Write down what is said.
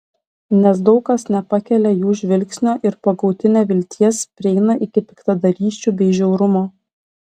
nes daug kas nepakelia jų žvilgsnio ir pagauti nevilties prieina iki piktadarysčių bei žiaurumo